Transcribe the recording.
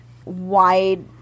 wide